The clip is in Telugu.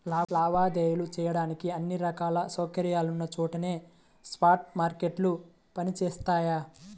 లావాదేవీలు చెయ్యడానికి అన్ని రకాల సౌకర్యాలున్న చోటనే స్పాట్ మార్కెట్లు పనిచేత్తయ్యి